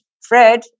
Fred